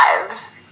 lives